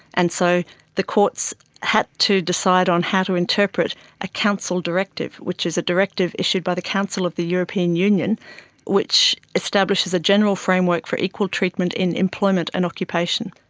and so the courts had to decide on how to interpret a council directive, which is a directive issued by the council of the european union which establishes a general framework for equal treatment in employment and occupation.